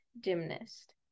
gymnast